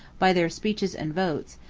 by their speeches and votes,